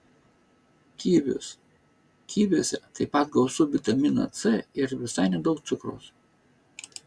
kivius kiviuose taip pat gausu vitamino c ir visai nedaug cukraus